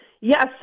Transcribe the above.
yes